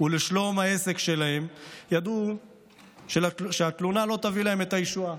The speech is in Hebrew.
ולשלום העסק שלהם ידעו שהתלונה לא תביא להם את הישועה,